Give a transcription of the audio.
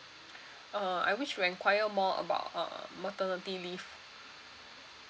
uh I wish to enquire more about uh maternity leave